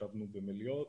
ישבנו במליאות,